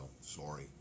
sorry